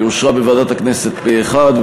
היא אושרה בוועדת הכנסת פה אחד,